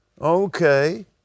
Okay